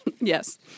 Yes